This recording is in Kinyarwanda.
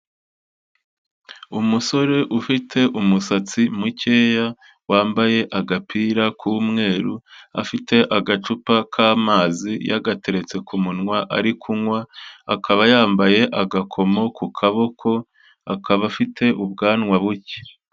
Umusore ufite umusatsi mukeya, wambaye agapira k'umweru, afite agacupa k'amazi yagateretse ku munwa ari kunywa, akaba yambaye agakomo ku kaboko, akaba afite ubwanwa buke.